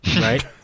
right